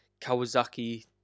kawasaki